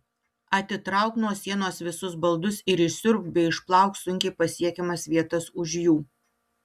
atitrauk nuo sienos visus baldus ir išsiurbk bei išplauk sunkiai pasiekiamas vietas už jų